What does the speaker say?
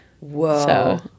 Whoa